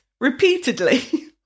repeatedly